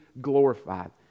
glorified